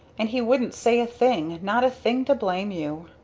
and he wouldn't say a thing not a thing to blame you.